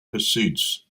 pursuits